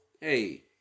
hey